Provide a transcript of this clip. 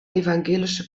evangelische